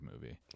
movie